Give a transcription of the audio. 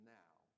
now